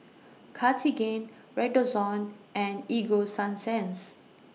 Cartigain Redoxon and Ego Sunsense